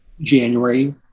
january